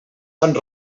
sant